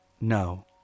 No